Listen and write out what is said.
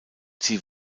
sie